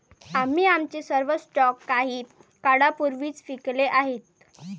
आम्ही आमचे सर्व स्टॉक काही काळापूर्वीच विकले आहेत